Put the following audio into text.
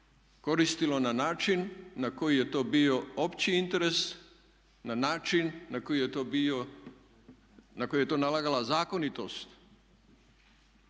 koristilo na način na koji je to bio opći interes, na način na koji je to nalagala zakonitost